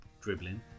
dribbling